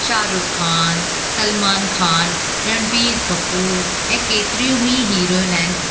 शाहरुख खान सलमान खान रणबीर कपूर ऐं केतिरियूं बि हिरोइन आहिनि